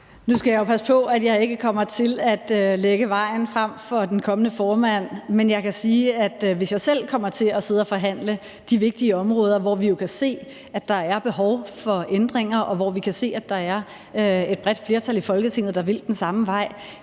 Nu skal jeg jo passe på, at jeg ikke kommer til at lægge vejen frem for den kommende formand, men jeg kan sige, at hvis jeg selv kommer til at sidde og forhandle de vigtige områder, hvor vi kan se at der er behov for ændringer, og hvor vi kan se at der er et bredt flertal i Folketinget, der vil den samme vej,